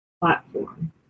platform